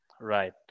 Right